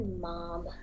mom